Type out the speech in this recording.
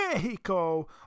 Mexico